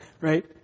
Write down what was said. right